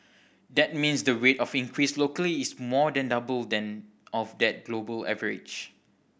that means the rate of increase locally is more than double than of the global average